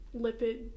lipid